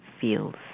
feels